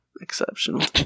Exceptional